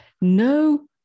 No